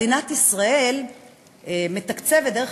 מדינת ישראל מתקצבת את בית-החולים,